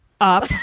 Up